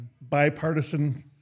bipartisan